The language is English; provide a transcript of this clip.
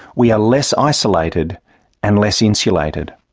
we are less isolated and less insulated.